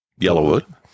Yellowwood